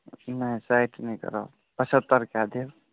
नहि साठि नहि करब सत्तर कै देब